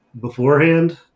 beforehand